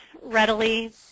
readily